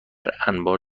انبار